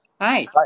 Hi